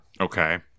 Okay